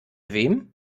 wem